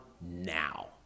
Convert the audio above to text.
now